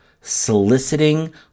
soliciting